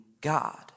God